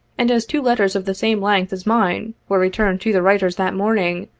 and as two letters of the same length as mine, were returned to the writers that morning,